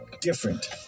different